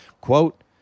Quote